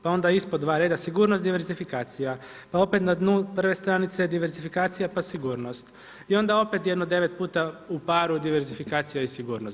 Pa onda ispod dva reda sigurnost diversifikacija, pa opet na dnu prve stranice diversifikacija pa sigurnost i onda opet jedno 9 puta u paru diversifikacija i sigurnost.